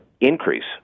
increase